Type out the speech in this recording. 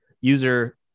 user